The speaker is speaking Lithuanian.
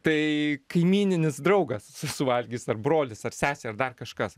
tai kaimyninis draugas suvalgys ar brolis ar sesė ar dar kažkas